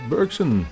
Bergson